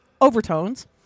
overtones